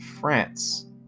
France